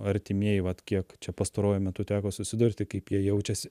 artimieji vat kiek čia pastaruoju metu teko susidurti kaip jie jaučiasi